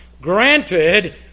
granted